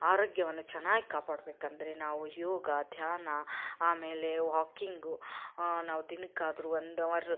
ಆರೋಗ್ಯವನ್ನು ಚೆನ್ನಾಗಿ ಕಾಪಾಡಬೇಕಂದ್ರೆ ನಾವು ಯೋಗ ಧ್ಯಾನ ಆಮೇಲೆ ವಾಕಿಂಗು ನಾವು ದಿನಕ್ಕಾದ್ರು ಒಂದು ಅವರ್